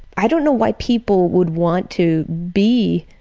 i don't know why people would want to be